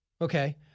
Okay